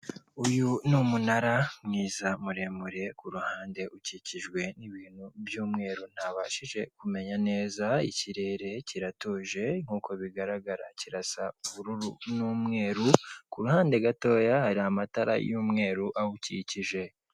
Uyu ni umunara mwiza muremure, ku ruhande ukikijwe n'ibintu by'umweru ntabashije kumenya neza, ikirere kiratuje nk'uko bigaragara kirasa ubururu n'umweru. Ku ruhande gatoya hari amatara y'umweru awukikije.